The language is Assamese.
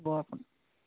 হ'ব